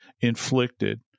inflicted